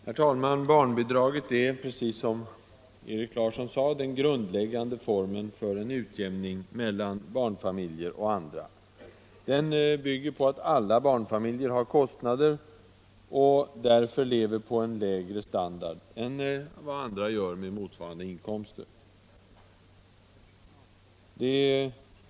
Herr talman! Barnbidraget är, precis som Erik Larsson sade, den grundläggande formen för en utjämning mellan barnfamiljer och andra. Det bygger på att alla barnfamiljer har större kostnader och därför lever på lägre standard än vad andra gör med motsvarande inkomster.